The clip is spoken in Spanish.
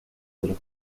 otros